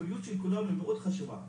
הבריאות של כולנו מוד חשובה,